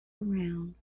around